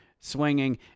Swinging